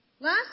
Last